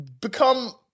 become